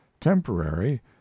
temporary